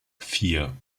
vier